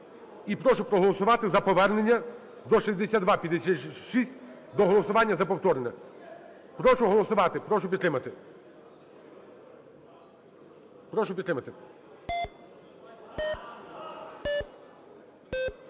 і прошу проголосувати за повернення до 6256, до голосування за повторне. Прошу голосувати, прошу підтримати. Прошу підтримати.